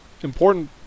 important